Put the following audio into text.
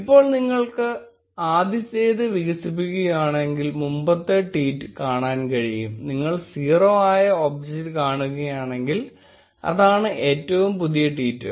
ഇപ്പോൾ നിങ്ങൾ ആദ്യത്തേത് വികസിപ്പിക്കുകയാണെങ്കിൽ മുമ്പത്തെ ട്വീറ്റ് നിങ്ങൾക്ക് കാണാൻ കഴിയും നിങ്ങൾ 0 ആയ ഒബ്ജക്റ്റ് കാണുകയാണെങ്കിൽ അതാണ് ഏറ്റവും പുതിയ ട്വീറ്റ്